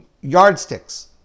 yardsticks